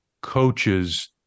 coaches